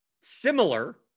similar